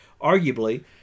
arguably